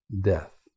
death